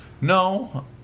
No